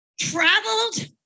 Traveled